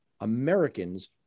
Americans